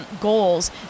goals